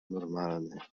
normalny